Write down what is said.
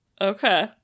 Okay